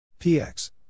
px